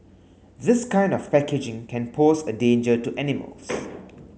this kind of packaging can pose a danger to animals